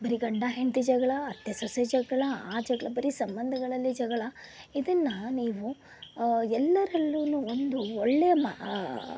ಬರೀ ಗಂಡ ಹೆಂಡತಿ ಜಗಳ ಅತ್ತೆ ಸೊಸೆ ಜಗಳ ಆ ಜಗಳ ಬರೀ ಸಂಬಂಧಗಳಲ್ಲಿ ಜಗಳ ಇದನ್ನು ನೀವು ಎಲ್ಲರಲ್ಲೂನು ಒಂದು ಒಳ್ಳೆಯ ಮಹ